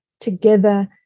together